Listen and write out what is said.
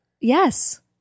Yes